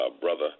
Brother